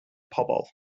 pobl